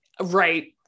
right